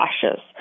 cautious